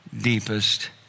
deepest